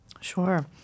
Sure